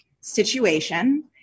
situation